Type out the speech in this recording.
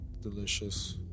delicious